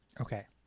Okay